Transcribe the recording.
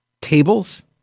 tables